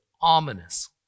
ominous